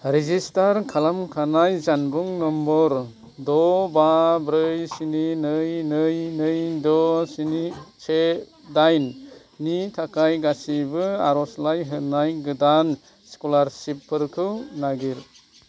register खालामखानाय जानबुं number द' बा ब्रै स्नि नै नै नै द' स्नि से दाइन नि थाखाय गासिबो आर'जलाइ होनाय गोदान स्कलारसिपफोरखौ नागिर